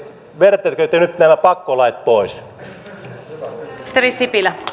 vedättekö te nyt nämä pakkolait pois